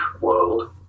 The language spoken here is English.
world